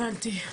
הבנתי.